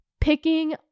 Picking